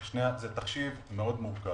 זה תחשיב מורכב מאוד.